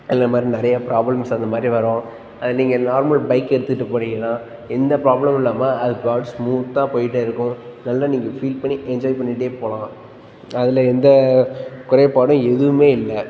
அந்த மாதிரி நிறைய ப்ராப்ளம்ஸ் அது மாதிரி வரும் அது நீங்கள் நார்மல் பைக் எடுத்துட்டு போனீங்கன்னா எந்த ப்ராப்ளமும் இல்லாமல் அது பாட்டு ஸ்மூத்தாக போய்ட்டே இருக்கும் நல்லா நீங்கள் ஃபீல் பண்ணி என்ஜாய் பண்ணிட்டே போகலாம் அதில் எந்த குறைபாடும் எதுவுமே இல்லை